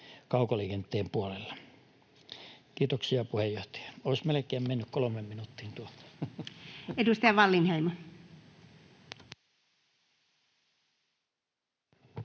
kaukoliikenteen puolella. — Kiitoksia, puheenjohtaja. Olisi melkein mennyt kolmeen minuuttiin tuolta paikalta.